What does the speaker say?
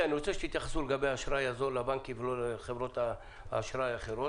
אני רוצה שתתייחסו לגבי האשראי הזול לבנקים ולא לחברות האשראי האחרות.